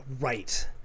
right